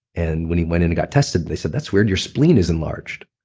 and when he went in and got tested they said, that's weird. your spleen is enlarged.